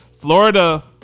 Florida